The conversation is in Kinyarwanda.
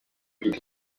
giti